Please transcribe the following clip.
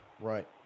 right